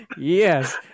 Yes